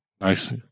Nice